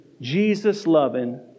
Jesus-loving